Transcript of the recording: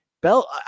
Bell